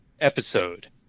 episode